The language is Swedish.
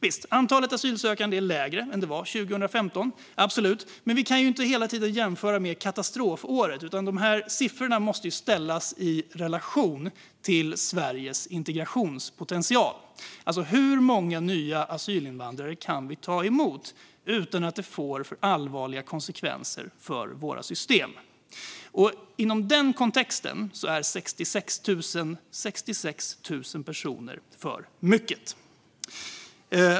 Visst, antalet asylsökande är lägre än 2015, men vi kan ju inte hela tiden jämföra med katastrofåret. Sifforna måste ställas i relation till Sveriges integrationspotential, alltså hur många nya asylinvandrare vi kan ta emot utan att det får allvarliga konsekvenser för våra system. I den kontexten är 66 000 personer 66 000 för många.